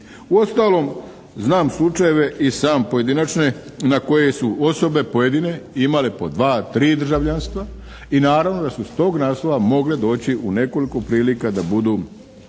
Uostalom znam slučajeve i sam pojedinačne na koje su osobe pojedine imale po dva-tri državljanstva i naravno da su s tog naslova mogle doći u nekoliko prilika da budu